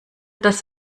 das